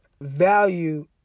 value